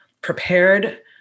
prepared